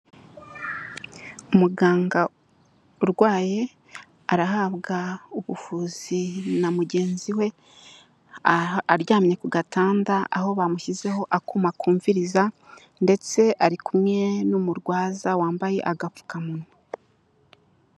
Umuganga urwaye arahabwa ubuvuzi na mugenzi we, aha aryamye ku gatanda aho bamushyizeho akuma kumviriza ndetse ariku n'umurwaza wambaye agapfukamunwa.